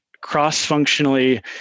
cross-functionally